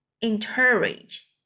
encourage